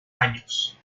años